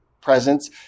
presence